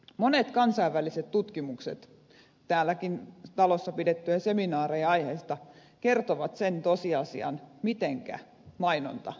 monet kansainväliset tutkimukset täällä talossakin on pidetty seminaareja aiheesta kertovat sen tosiasian mitenkä mainonta vaikuttaa